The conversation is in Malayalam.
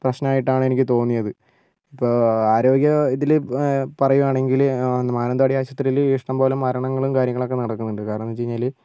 പ്രശ്നമായിട്ടാണ് എനിക്ക് തോന്നിയത് ഇപ്പ ആരോഗ്യം ഇതിൽ പറയുവാണെങ്കിൽ മാനന്തവാടി ആശുപത്രിയിൽ ഇഷ്ടം പോലെ മരണങ്ങളും കാര്യങ്ങളൊക്കെ നടക്കുന്നുണ്ട് കാരണം എന്താന്ന് വെച്ച്കഴിഞ്ഞാൽ